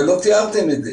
אבל לא תיארתם את זה.